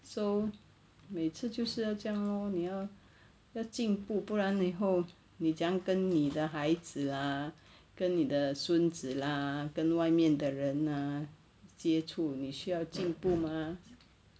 so 每次就是要这样 lor 你要要进步不然以后你怎么样跟你的孩子 ah 跟你的孙子 ah 跟外面的人 ah 接触你需要进步 mah